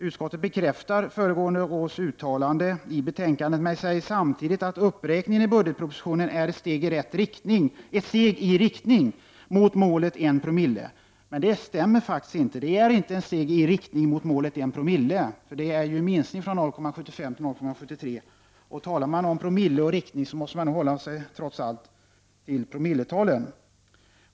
Utskottet bekräftar föregående års uttalande i betänkandet men säger samtidigt att uppräkningen i budgetpropositionen är ett steg i riktning mot målet 1 to. Det stämmer faktiskt inte. Det är inte ett steg i riktning mot målet 1960 för det är ju en minskning från 0,75 till 0,73. Talar man om promille och riktning, måste man nog trots allt hålla sig till promilletalen.